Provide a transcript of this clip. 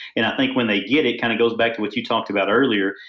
and i think when they get it kind of goes back to what you talked about earlier,